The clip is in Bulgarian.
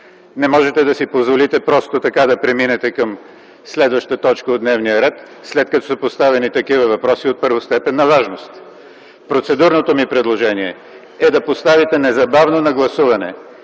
Не можете да си позволите просто така да преминете към следваща точка от дневния ред, след като са поставени такива въпроси от първостепенна важност. Процедурното ми предложение е да поставите незабавно на гласуване